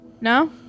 No